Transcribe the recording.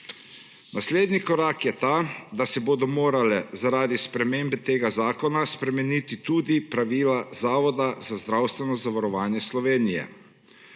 Naslednji korak je ta, da se bodo morala zaradi sprememb tega zakona spremeniti tudi pravila Zavoda za zdravstveno zavarovanje Slovenije.